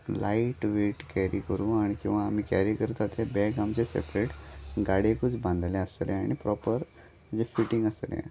light weight carry करूं आनी किंवा आमी कॅरी करता तें बॅग आमचे सेपरेट गाडयेकूच बांदलेलें आसतलें आनी प्रोपर हेजें फिटींग आसतलें